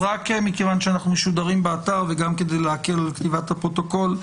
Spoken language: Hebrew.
מכיוון שאנחנו משודרים באתר וגם כדי להקל על כתיבת הפרוטוקול,